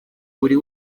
buri